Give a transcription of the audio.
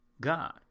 God